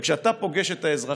כשאתה פוגש את האזרחים,